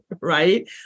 right